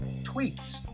tweets